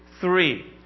three